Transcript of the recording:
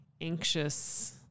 anxious